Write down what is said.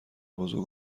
بزرگ